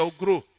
grow